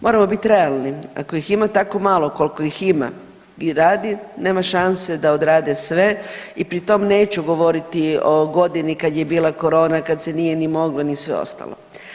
Moramo biti realni, ako ih ima tako malo koliko ih ima i radi, nema šanse da odrade sve i pri tom neću govoriti o godini kad je bila korona, kad se nije ni moglo, ni sve ostalo.